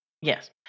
Yes